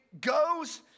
goes